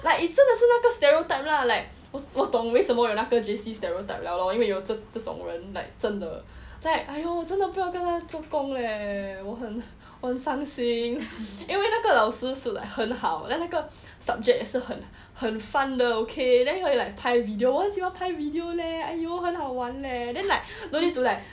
like 真的是那个 stereotype lah like 我懂为什么有那个 J_C stereotype lor 因为有这种人 like 真的 like !aiyo! 我真的不要跟他做工 leh 我很伤心因为那个老师是很好 then 那个 subject 是很 fun 的 okay then like 可以拍 video 我很喜欢拍 video leh !aiyo! 很好玩 leh then like no need to like